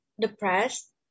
depressed